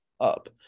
up